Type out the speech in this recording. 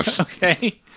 Okay